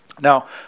Now